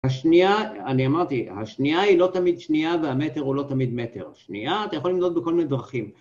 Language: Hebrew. השנייה, אני אמרתי, השנייה היא לא תמיד שנייה והמטר הוא לא תמיד מטר. שנייה, אתה יכול למדוד בכל מיני דרכים.